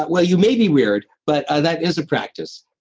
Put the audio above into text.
well you may be weird, but that is a practice.